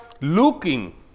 looking